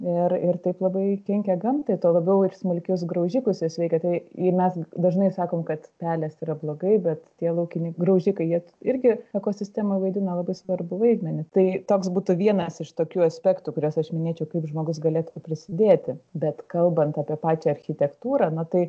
ir ir taip labai kenkia gamtai tuo labiau ir smulkius graužikus jos veikia tai mes dažnai sakom kad pelės yra blogai bet tie laukiniai graužikai jie irgi ekosistemoj vaidina labai svarbų vaidmenį tai toks būtų vienas iš tokių aspektų kuriuos aš minėčiau kaip žmogus galėtų prisidėti bet kalbant apie pačią architektūrą na tai